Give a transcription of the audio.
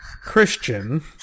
Christian